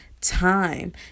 time